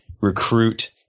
recruit